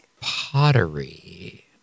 pottery